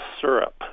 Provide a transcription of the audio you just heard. syrup